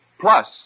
plus